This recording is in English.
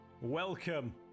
Welcome